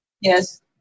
Yes